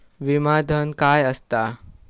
विमा धन काय असता?